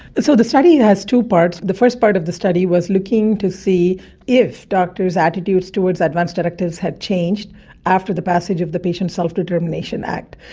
and so the study has two parts. the first part of the study was looking to see if doctors' attitudes towards advance directives had changed after the passage of the patient self-determination act.